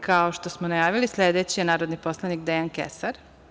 Kao što smo najavili, sledeći je narodni poslanik Dejan Kesar.